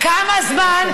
מה קורה לך?